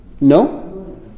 No